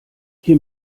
hier